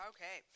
Okay